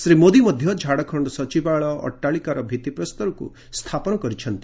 ଶ୍ରୀ ମୋଦୀ ମଧ୍ୟ ଝାଡ଼ଖଣ୍ଡ ସଚିବାଳୟ ଅଟ୍ଟାଳିକାର ଭିତ୍ତିପ୍ରସ୍ତର ସ୍ଥାପନ କରିଛନ୍ତି